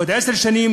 עוד עשר שנים,